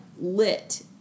lit